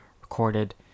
recorded